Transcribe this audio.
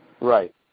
Right